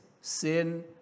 sin